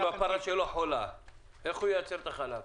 אם הפרה שלו חולה איך הוא ייצר את החלב?